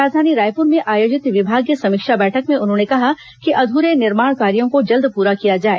राजधानी रायपुर में आयोजित विभागीय समीक्षा बैठक में उन्होंने कहा कि अधूरे निर्माण कार्यो को जल्द पूरा किया जाए